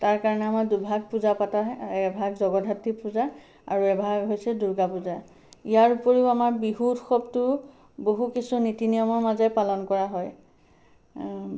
তাৰ কাৰণে আমাৰ দুভাগ পূজা পতা হয় এভাগ জগধাত্ৰী পূজা আৰু এভাগ হৈছে দুৰ্গা পূজা ইয়াৰ উপৰিও আমাৰ বিহু উৎসৱটো বহুত কিছু নীতি নিয়মৰ মাজে পালন কৰা হয়